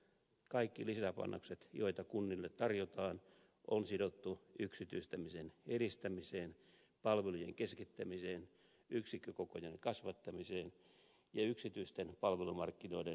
kaikki lisäpanokset joita kunnille tarjotaan on sidottu yksityistämisen edistämiseen palvelujen keskittämiseen yksikkökokojen kasvattamiseen ja yksityisten palvelumarkkinoiden edistämiseen